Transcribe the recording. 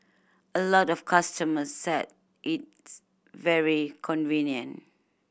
a lot of customers said it's very convenient